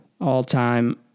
All-time